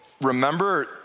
remember